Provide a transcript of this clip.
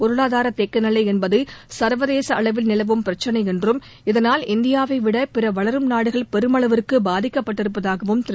பொருளாதார தேக்கநிலை என்பது சர்வதேச அளவில் நிலவும் பிரச்னை என்றும் இதனால் இந்தியாவை விட பிற வளரும் நாடுகள் பெருமளவுக்கு பாதிக்கப்பட்டிருப்பதாகவும் திரு